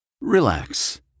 Relax